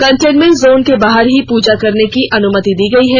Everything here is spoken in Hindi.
कंटेनमेंट जोन के बाहर ही पूजा करने की अनुमति दी गई है